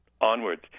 onwards